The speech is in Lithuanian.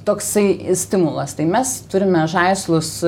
toksai stimulas tai mes turime žaislus